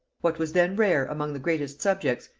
what was then rare among the greatest subjects,